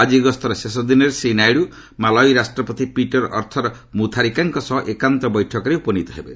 ଆଜି ଗସ୍ତର ଶେଷ ଦିନରେ ଶ୍ରୀ ନାଇଡୁ ମାଲାଓ୍ତି ରାଷ୍ଟ୍ରପତି ପିଟର ଅରଥର୍ ମ୍ରଥାରିକାଙ୍କ ସହ ଏକାନ୍ତ ବୈଠକରେ ଉପନିତ ହେବେ